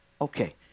Okay